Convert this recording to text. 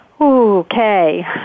Okay